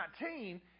19